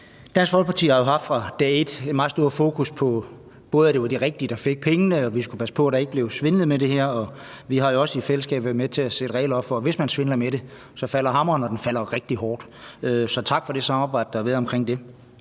Dansk Folkeparti har jo fra dag et både haft et meget stort fokus på, at det var de rigtige, der fik pengene, og at vi skulle passe på, at der ikke blev svindlet med det her. Og vi har jo også i fællesskab været med til at sætte regler op for, at hvis man svindler med det, falder hammeren, og den falder rigtig hårdt. Så tak for det samarbejde, der har været omkring det.